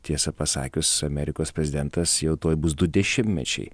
tiesą pasakius amerikos prezidentas jau tuoj bus du dešimtmečiai